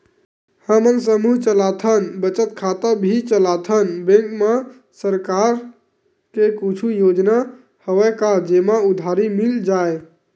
हमन समूह चलाथन बचत खाता भी चलाथन बैंक मा सरकार के कुछ योजना हवय का जेमा उधारी मिल जाय?